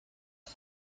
بیا